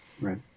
Right